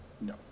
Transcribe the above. no